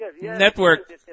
Network